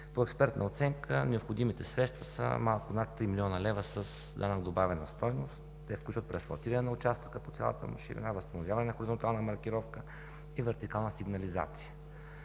По експертна оценка необходимите средства са малко над 3 млн. лв. с Данък добавена стойност. Те включват преасфалтиране на участъка по цялата му ширина, възстановяване на хоризонтална маркировка и вертикална сигнализация.